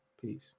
Peace